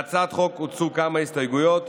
להצעת החוק הוגשו כמה הסתייגויות.